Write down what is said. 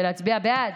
ולהצביע בעד,